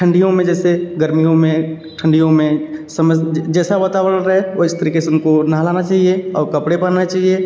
ठंडियों में जैसे गर्मियों में ठंडियों में समझ जैसा वातावरण रहे वैसे तरीके से उनको नहलाना चाहिए और कपड़े पहनना चाहिए